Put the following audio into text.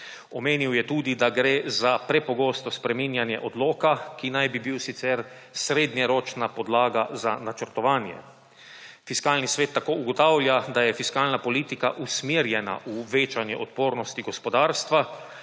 Omenil je tudi, da gre za prepogosto spreminjanje odloka, ki naj bi bil sicer srednjeročna podlaga za načrtovanje. Fiskalni svet tako ugotavlja, da je fiskalna politika usmerjena v večanje odpornosti gospodarstva,